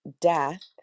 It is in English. death